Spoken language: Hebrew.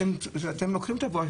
אתם לוקחים את ה"בואש",